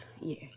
Yes